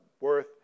worth